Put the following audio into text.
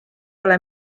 ole